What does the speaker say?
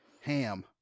Ham